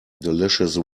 delicious